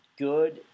good